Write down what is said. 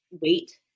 wait